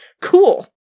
Cool